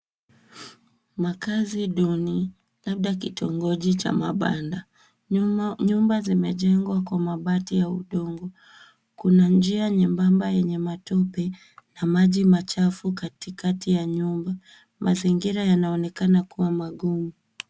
Makazi duni, labda kitongoji cha mabanda. Nyumba zimejengwa kwa mabati ya udongo. Kuna njia nyembamba yenye matope, na maji machafu katikati ya nyumba. Mazingira yanaonekana kuwa magumu.